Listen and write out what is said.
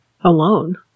alone